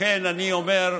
לכן אני אומר,